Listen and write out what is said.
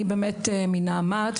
אני באמת מנעמ"ת,